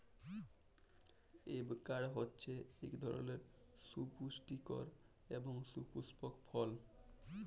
avocado হছে ইক ধরলের সুপুষ্টিকর এবং সুপুস্পক ফল